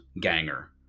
ganger